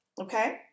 Okay